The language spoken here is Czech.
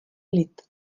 lid